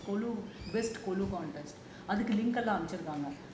கொலு அதுக்கு எல்லாம் அனுப்பி இருந்தாங்க:kolu athukku anupi irunthaanga